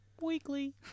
Weekly